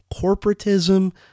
corporatism